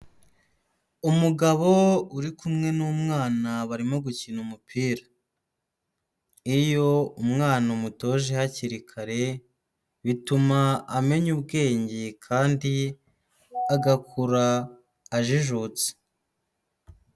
Umugabo uri kumwe n'umwana barimo gukina umupira, iyo umwana umutoje hakiri kare, bituma amenya ubwenge kandi agakura ajijutse.